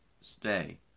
Stay